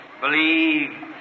Believe